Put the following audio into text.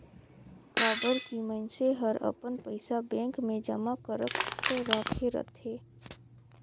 काबर की मइनसे हर अपन पइसा बेंक मे जमा करक राखे रथे